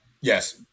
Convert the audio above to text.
Yes